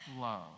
love